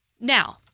now